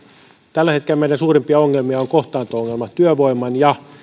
tällä hetkellä meidän suurimpia ongelmia on kohtaanto ongelma työvoiman ja